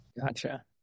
Gotcha